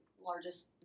largest